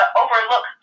overlook